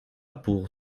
pour